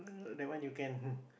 that one you can